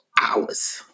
hours